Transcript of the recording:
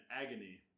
agony